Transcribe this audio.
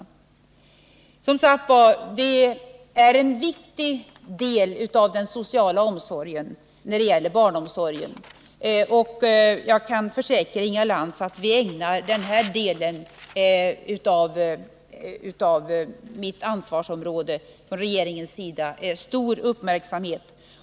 Barnomsorgen är som sagt en viktig del av den sociala omsorgen, och jag kan försäkra Inga Lantz att vi från regeringens sida ägnar denna del av mitt ansvarsområde stor uppmärksamhet.